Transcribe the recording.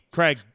Craig